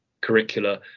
curricula